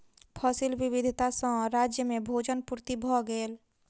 फसिल विविधता सॅ राज्य में भोजन पूर्ति भ गेल